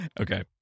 Okay